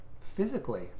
physically